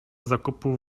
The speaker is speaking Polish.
zakupów